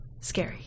scary